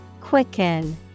quicken